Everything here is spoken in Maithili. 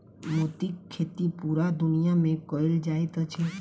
मोतीक खेती पूरा दुनिया मे कयल जाइत अछि